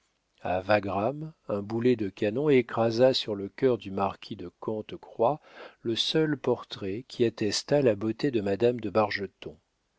un boulet de canon écrasa sur le cœur du marquis de cante croix le seul portrait qui attestât la beauté de madame de